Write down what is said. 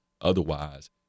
Otherwise